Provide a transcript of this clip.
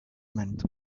meant